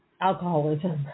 alcoholism